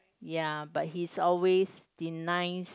ya but he's the nice